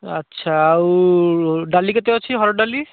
ଆଚ୍ଛା ଆଉ ଡାଲି କେତେ ଅଛି ହରଡ଼ ଡାଲି